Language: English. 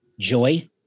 joy